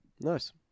nice